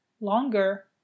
longer